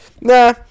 Nah